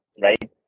right